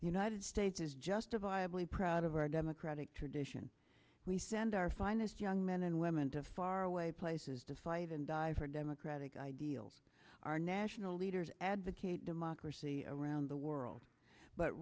united states is just a viably proud of our democratic tradition we send our finest young men and women to faraway places to fight and die for democratic ideals our national leaders advocate democracy around the world but